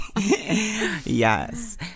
yes